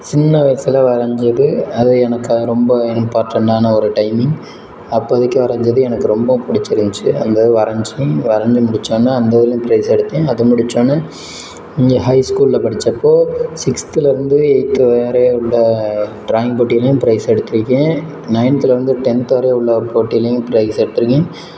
சின்ன வயசில் வரைஞ்சது அது எனக்கு ரொம்ப இம்பார்ட்டனான ஒரு டைம் அப்போதைக்கு வரைஞ்சது எனக்கு ரொம்ப பிடிச்சிருந்ச்சு அந்த இது வரைஞ்சு வரைஞ்சு முடித்தோன்ன அந்த இதுலேயும் ப்ரைஸ் எடுத்தேன் அது முடித்தோன்னே இங்கே ஹை ஸ்கூலில் படித்தப்போ சிக்ஸ்த்லிருந்து எய்த் வரையுள்ள ட்ராயிங் போட்டிலேயும் ப்ரைஸ் எடுத்திருக்கேன் நைன்த்துலிருந்து டென்த்து வரை உள்ள போட்டிலேயும் ப்ரைஸ் எடுத்திருக்கேன்